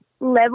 level